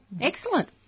excellent